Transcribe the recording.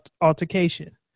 altercation